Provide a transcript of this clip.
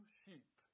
sheep